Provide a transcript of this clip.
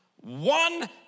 one